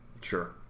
Sure